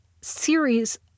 series